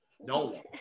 No